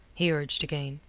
he urged again.